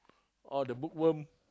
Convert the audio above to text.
all the bookworm